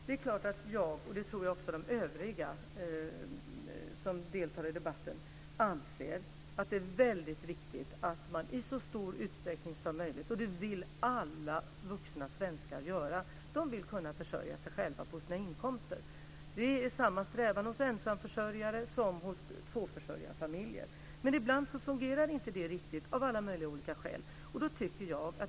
Det är klart att jag och också övriga som deltar i debatten anser att det är väldigt viktigt att människor i så stor utsträckning som möjligt ska kunna försörja sig själva på sina inkomster. Det vill alla vuxna svenskar göra. Det är samma strävan hos ensamförsörjare som hos tvåförsörjarfamiljer. Men ibland fungerar inte det riktigt av alla möjliga olika skäl.